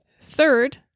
Third